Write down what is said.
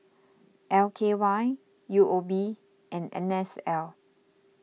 L K Y U O B and N S L